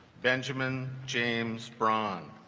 benjamin james braun